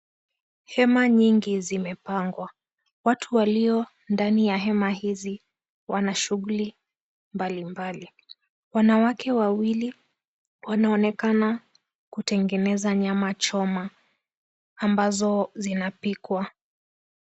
Hema nyingi zimepangwa. Watu walio ndani ya hema hizi wana shughuli mbalimbali. Wanawake wawili, wanaonekana kutengeneza nyama choma, ambazo zinapikwa.